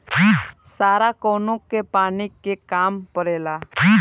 सारा कौनो के पानी के काम परेला